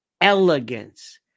elegance